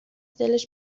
دلش